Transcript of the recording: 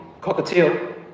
cockatiel